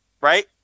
Right